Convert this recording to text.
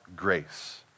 grace